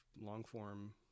long-form